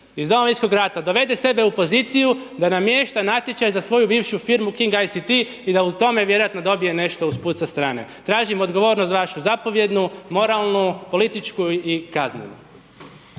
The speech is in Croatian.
iz Domovinskog rata dovede sebe u poziciju da namješta natječaj za svoju bivšu firmu King ICT i da u tome vjerojatno dobije nešto usput sa strane. Tražim odgovornost vašu zapovjednu, moralnu, političku i kaznenu.